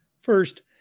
First